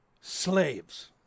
slaves